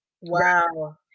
wow